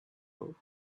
road